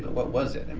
what was it? and